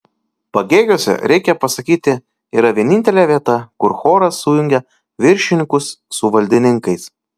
pagėgiuose reikia pasakyti yra vienintelė vieta kur choras sujungia viršininkus su valdininkais